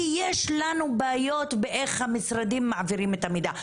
כי יש לנו בעיות באיך המשרדים מעבירים את המידע.